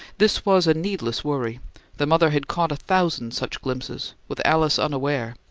this was a needless worry the mother had caught a thousand such glimpses, with alice unaware,